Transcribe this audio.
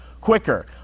quicker